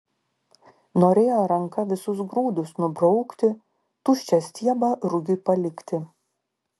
norėjo ranka visus grūdus nubraukti tuščią stiebą rugiui palikti